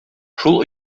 шул